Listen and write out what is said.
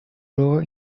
loro